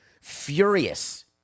furious